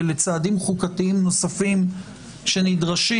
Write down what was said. ולצעדים חוקתיים נוספים שנדרשים,